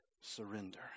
surrender